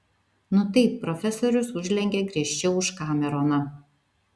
nu taip profesorius užlenkė griežčiau už kameroną